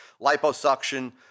Liposuction